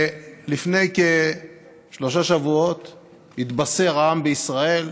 לפני כשלושה שבועות התבשר העם בישראל,